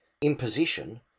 imposition